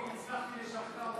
אם הצלחתי לשכנע אותך,